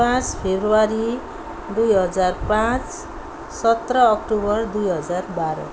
पाँच फरवरी दुई हजार पाँच सत्र अक्टोबर दुई हजार बाह्र